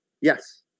Yes